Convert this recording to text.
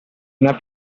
una